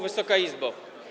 Wysoka Izbo!